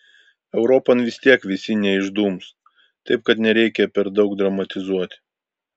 europon vis tiek visi neišdums taip kad nereikia per daug dramatizuoti